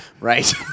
Right